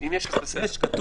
אני חוזר לתושבים.